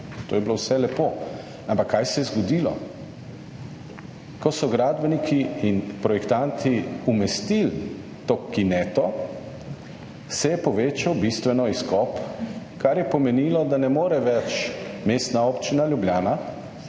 To je bilo vse lepo, ampak kaj se je zgodilo? Ko so gradbeniki in projektanti umestili to kineto se je povečal bistveno izkop, kar je pomenilo, da ne more več Mestna občina Ljubljana